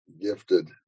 gifted